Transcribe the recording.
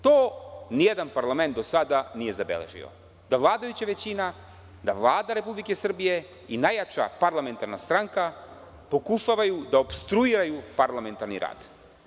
To nijedan parlament do sada nije zabeležio da vladajuća većina, da Vlada Republike Srbije i najjača parlamentarna stranka pokušavaju da opstruiraju parlamentarni rad.